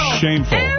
shameful